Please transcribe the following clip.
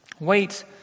wait